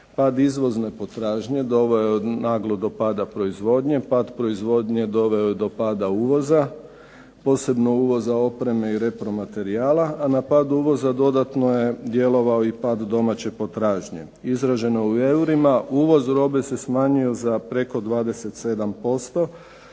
Pad izvozne potražnje doveo je naglo do pada proizvodnje, pad proizvodnje doveo je do pada uvoza, posebno uvoza opreme i repromaterijala, a na pad uvoza dodatno je djelovao i pad domaće potražnje. Izraženo u eurima, uvoz robe se smanjio za preko 27%,